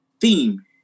theme